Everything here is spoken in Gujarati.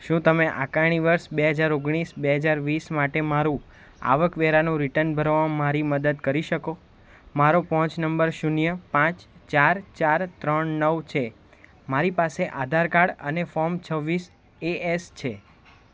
શું તમે આકારણી વર્ષ બે હજાર ઓગણીસ બે હજાર વીસ માટે મારું આવકવેરાનું રિટર્ન ભરવામાં મારી મદદ કરી શકો મારો પહોંચ નંબર શૂન્ય પાંચ ચાર ચાર ત્રણ નવ છે મારી પાસે આધાર કાર્ડ અને ફોર્મ છવ્વીસ એ એસ છે